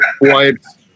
wipes